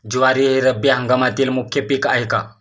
ज्वारी हे रब्बी हंगामातील मुख्य पीक आहे का?